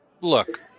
Look